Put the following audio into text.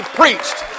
preached